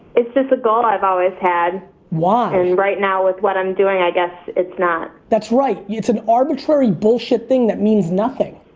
it's just a goal i've always had. why? right now with what i'm doing i guess it's not. that's right, it's an arbitrary bullshit thing that means nothing.